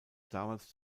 damals